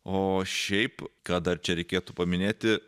o šiaip ką dar čia reikėtų paminėti